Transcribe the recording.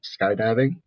skydiving